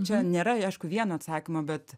čia nėra aišku vieno atsakymo bet